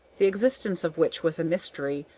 the existence of which was a mystery,